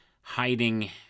hiding